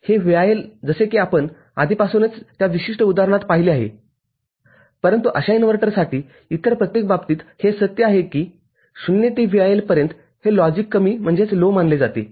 हे VIL जसे की आपण आधीपासूनच त्या विशिष्ट उदाहरणात पाहिले आहेपरंतु अशा इन्व्हर्टरसाठी इतर प्रत्येक बाबतीत हे सत्य आहे की ० ते VIL पर्यंत हे लॉजिक कमी मानले जाते